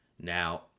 Now